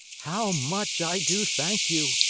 how much i do thank you!